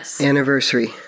anniversary